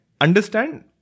understand